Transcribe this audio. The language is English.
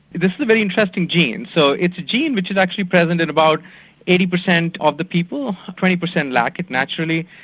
this is a very interesting gene. so it's a gene which is actually present in about eighty percent of the people. twenty percent lack it naturally,